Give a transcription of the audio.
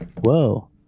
whoa